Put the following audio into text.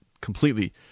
completely